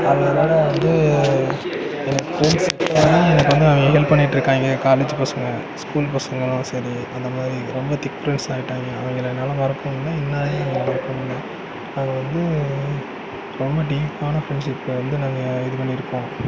அங்கே அதனால் வந்து என் ஃப்ரெண்ட்ஸ் எனக்கு வந்து அவங்க ஹெல்ப் பண்ணிட்டிருக்காங்க காலேஜ் பசங்கள் ஸ்கூல் பசங்களும் சரி அந்தமாதிரி ரொம்ப திக் ஃப்ரெண்ட்ஸ் ஆயிட்டாங்க அவங்கள என்னால் மறக்கமுடியல என்னாலையும் அவங்களை மறக்கமுடியல அங்கே வந்து ரொம்ப டீப்பான ஃப்ரெண்ட்ஷிப்பை வந்து நாங்கள் இது பண்ணியிருக்கோம்